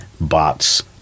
bots